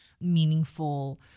meaningful